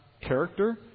character